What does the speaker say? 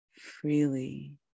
freely